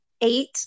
Eight